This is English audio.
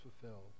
fulfilled